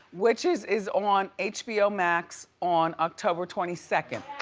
witches is on hbo max on october twenty second.